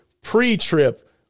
pre-trip